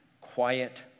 quiet